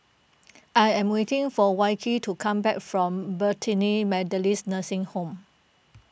I am waiting for Wilkie to come back from Bethany Methodist Nursing Home